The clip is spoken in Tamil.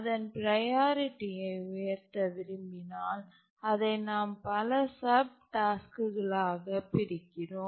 அதன் ப்ரையாரிட்டியை உயர்த்த விரும்பினால் அதை நாம் பல சப் டாஸ்க்குகளாக பிரிக்கிறோம்